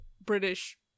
British